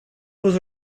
was